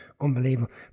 unbelievable